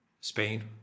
Spain